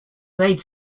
made